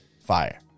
fire